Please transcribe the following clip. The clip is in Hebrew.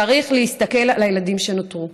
צריך להסתכל על הילדים שנותרו.